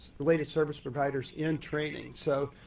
related service providers in training. so,